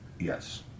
Yes